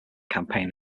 campaign